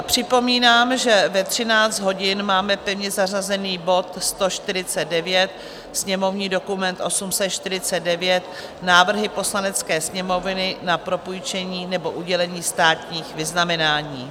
Připomínám, že ve 13 hodin máme pevně zařazený bod 149, sněmovní dokument 849, návrhy Poslanecké sněmovny na propůjčení nebo udělení státních vyznamenání.